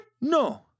No